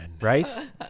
right